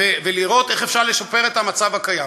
ולראות איך אפשר לשפר את המצב הקיים.